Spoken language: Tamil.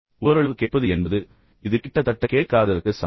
ஓரளவு கேட்பது என்பது இது கிட்டத்தட்ட கேட்காததற்கு சமம்